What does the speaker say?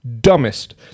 Dumbest